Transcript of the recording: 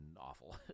awful